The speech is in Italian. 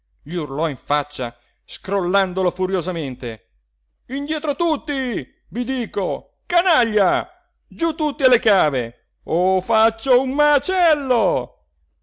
gli urlò in faccia scrollandolo furiosamente indietro tutti vi dico canaglia giú tutti alle cave o faccio un macello